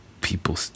People